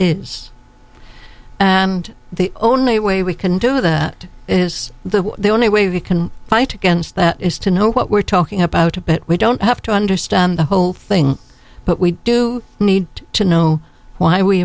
is and the only way we can do that is the only way we can fight against that is to know what we're talking about a bit we don't have to understand the whole thing but we do need to know why we